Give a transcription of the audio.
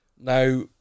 Now